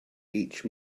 each